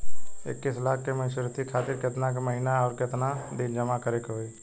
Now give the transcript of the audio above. इक्कीस लाख के मचुरिती खातिर केतना के महीना आउरकेतना दिन जमा करे के होई?